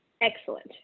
Excellent